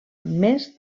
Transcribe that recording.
més